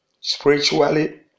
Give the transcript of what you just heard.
spiritually